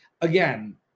again